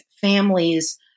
families